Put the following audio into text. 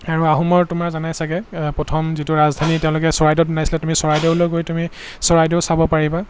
আৰু আহোমৰ তোমাৰ জানাই চাগে প্ৰথম যিটো ৰাজধানী তেওঁলোকে চৰাইদেউত বনাইছিলে তুমি চৰাইদেউলৈ গৈ তুমি চৰাইদেউ চাব পাৰিবা